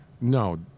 No